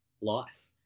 life